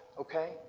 okay